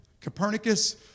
Copernicus